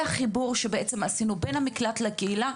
זה חיבור שעשינו בין המקלט לקהילה,